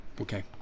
okay